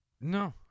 No